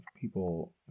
people